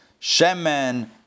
Shemen